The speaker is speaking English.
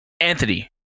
Anthony